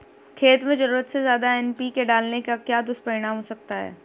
खेत में ज़रूरत से ज्यादा एन.पी.के डालने का क्या दुष्परिणाम हो सकता है?